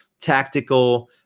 tactical